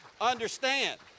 understand